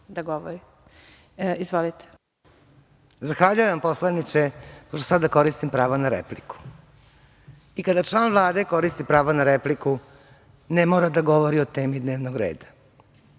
da govori. **Gordana Čomić** Zahvaljujem, poslaniče, pošto sada koristim pravo na repliku. I kada član Vlade koristi pravo na repliku, ne mora da govori o temi dnevnog reda.